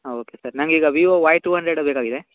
ಹಾಂ okay sir ನಂಗೆ ಈಗ ವಿವೊ ವೈ ಟೂ ಹಂಡ್ರೆಡೆ ಬೇಕಾಗಿದೆ